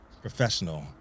professional